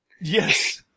Yes